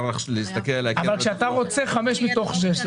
אבל כשאתה רוצה חמש מתוך שש,